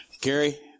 Gary